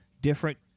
different